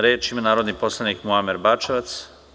Reč ima narodni poslanik dr Muamer Bačevac.